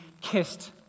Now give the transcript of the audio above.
kissed